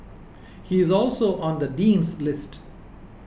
he is also on the Dean's list